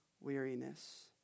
weariness